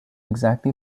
exactly